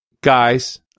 guys